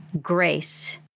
grace